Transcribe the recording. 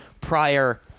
prior